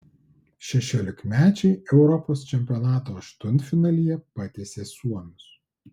šešiolikmečiai europos čempionato aštuntfinalyje patiesė suomius